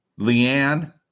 Leanne